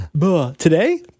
Today